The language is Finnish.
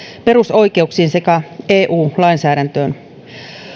perusoikeuksiin sekä eu lainsäädäntöön